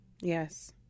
Yes